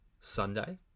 Sunday